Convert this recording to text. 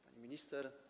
Pani Minister!